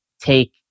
take